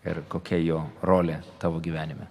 ir kokia jo rolė tavo gyvenime